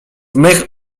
mych